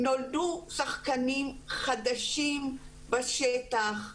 נולדו שחקנים חדשים בשטח,